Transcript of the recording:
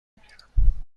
میگیرم